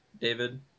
David